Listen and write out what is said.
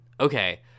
okay